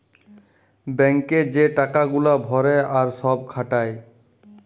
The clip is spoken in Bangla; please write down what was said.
ব্যাঙ্ক এ যে টাকা গুলা ভরে আর সব খাটায়